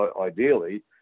ideally